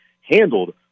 handled